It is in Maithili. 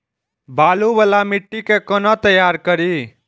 बालू वाला मिट्टी के कोना तैयार करी?